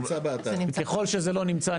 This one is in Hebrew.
ככל שזה לא נמצא,